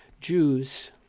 Jews